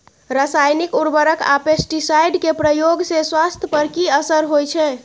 रसायनिक उर्वरक आ पेस्टिसाइड के प्रयोग से स्वास्थ्य पर कि असर होए छै?